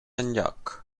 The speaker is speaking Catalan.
enlloc